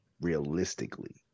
realistically